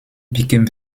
became